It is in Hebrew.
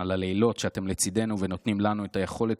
על הלילות שאתם לצידנו ונותנים לנו את היכולת